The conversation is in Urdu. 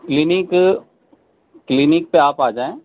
کلینک کلینک پہ آپ آ جائیں